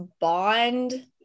bond